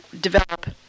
develop